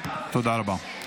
תודה רבה.